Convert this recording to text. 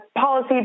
policy